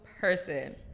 person